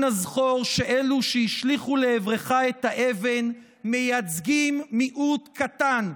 אנא זכור שאלו שהשליכו לעברך את האבן מייצגים מיעוט קטן,